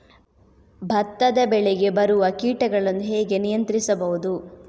ಭತ್ತದ ಬೆಳೆಗೆ ಬರುವ ಕೀಟಗಳನ್ನು ಹೇಗೆ ನಿಯಂತ್ರಿಸಬಹುದು?